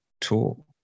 tool